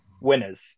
winners